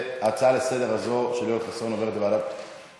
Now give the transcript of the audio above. ההצעה לסדר-היום הזאת של חבר הכנסת יואל חסון עוברת לוועדת החוקה,